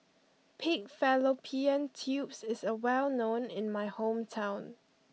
Pig Fallopian Tubes is well known in my hometown